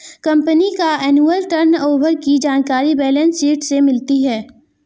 company का annual turnover की जानकारी बैलेंस शीट से मिलती है